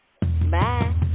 Bye